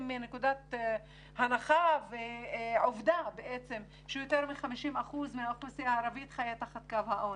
מנקודת הנחה ועובדה שיותר מ-50% מהאוכלוסייה הערבית חיה מתחת לקו העוני.